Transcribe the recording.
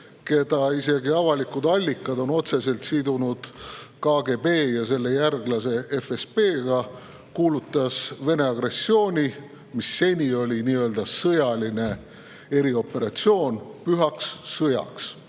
keda isegi avalikud allikad on otseselt sidunud KGB ja selle järglase FSB-ga, kuulutas Vene agressiooni, mis seni oli nii-öelda sõjaline erioperatsioon, pühaks sõjaks.